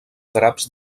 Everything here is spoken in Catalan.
draps